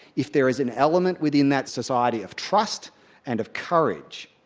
if there is an element within that society of trust and of courage.